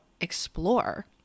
explore